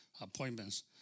appointments